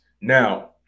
now